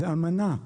זה אמנה,